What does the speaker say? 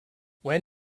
when